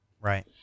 Right